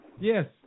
Yes